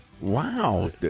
Wow